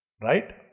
Right